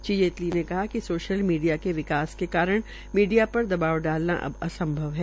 श्री जेटली ने कहा कि सोशल मीडिया के विकास के कारण मीडिया पर दवाब डालना अब असंभव है